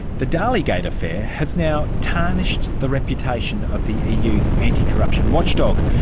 the dalligate affair has now tarnished the reputation of the ah eu's anticorruption watchdog,